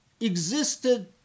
existed